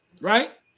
right